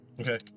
Okay